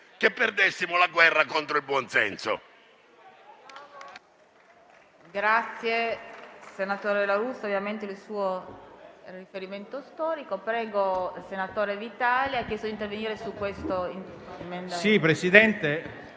che perdessimo la guerra contro il buon senso.